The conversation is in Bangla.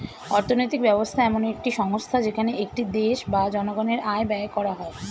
অর্থনৈতিক ব্যবস্থা এমন একটি সংস্থা যেখানে একটি দেশ বা জনগণের আয় ব্যয় করা হয়